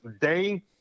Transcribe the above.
day